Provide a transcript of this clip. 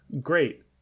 Great